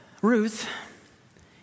Ruth